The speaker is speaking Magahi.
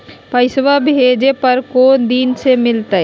पैसवा भेजे पर को दिन मे मिलतय?